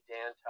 Dan